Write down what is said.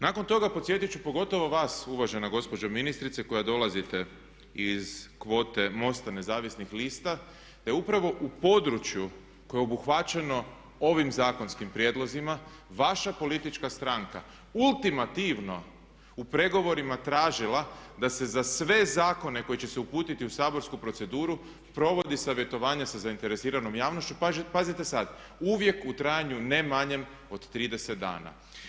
Nakon toga podsjetit ću pogotovo vas uvažena gospođo ministrice koja dolazite iz kvote MOST-a –nezavisnih lista da je upravo u području koje je obuhvaćeno ovim zakonskim prijedlozima vaša politička stranka ultimativno u pregovorima tražila da se za sve zakone koji će se uputiti u saborsku proceduru provodi savjetovanje sa zainteresiranom javnošću pazite sad uvijek u trajanju ne manjem od 30 dana.